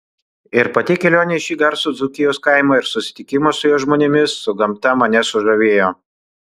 ir pati kelionė į šį garsų dzūkijos kaimą ir susitikimas su jo žmonėmis su gamta mane sužavėjo